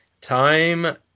Time